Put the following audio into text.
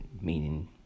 meaning